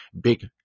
big